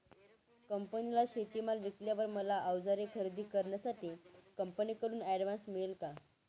कंपनीला शेतीमाल विकल्यावर मला औजारे खरेदी करण्यासाठी कंपनीकडून ऍडव्हान्स मिळेल का?